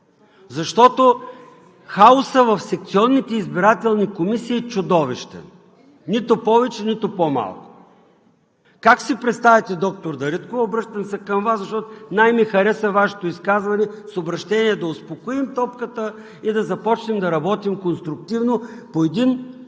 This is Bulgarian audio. Защото хаосът в секционните избирателни комисии е чудовищен – нито повече, нито по-малко. Как си представяте, доктор Дариткова – обръщам се към Вас, защото най ми хареса Вашето изказване с обръщение да успокоим топката и да започнем да работим конструктивно по едно